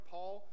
Paul